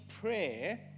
prayer